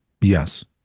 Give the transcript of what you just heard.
Yes